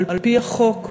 על-פי החוק,